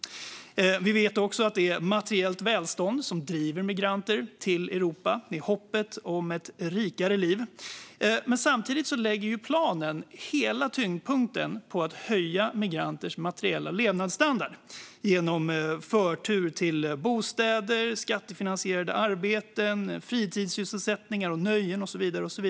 Vi vet också att det är materiellt välstånd som driver migranter till Europa med hoppet om ett rikare liv. Men samtidigt lägger planen hela tyngdpunkten på att höja migranters materiella levnadsstandard genom förtur till bostäder, skattefinansierade arbeten, fritidssysselsättningar och nöjen och så vidare.